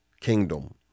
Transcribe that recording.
kingdom